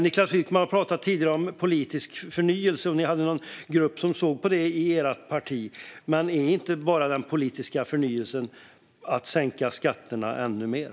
Niklas Wykman pratade tidigare om politisk förnyelse, och ni hade någon grupp som såg på det i ert parti. Men är inte den politiska förnyelsen bara att sänka skatterna ännu mer?